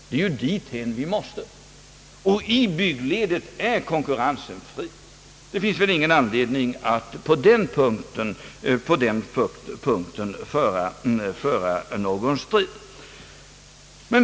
Det är ju dithän vi måste, och i byggledet är konkurrensen fri. Det finns väl ingen anledning att på den punkten föra någon strid.